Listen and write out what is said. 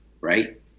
right